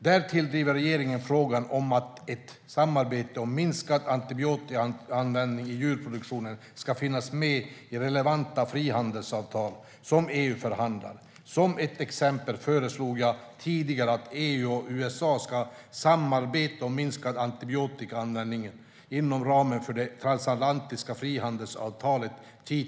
Därtill driver regeringen frågan om att ett samarbete om minskad antibiotikaanvändning i djurproduktionen ska finnas med i relevanta frihandelsavtal som EU förhandlar. Som ett exempel föreslog jag tidigare att EU och USA ska samarbeta om minskad antibiotikaanvändning inom ramen för det transatlantiska frihandelsavtalet, TTIP.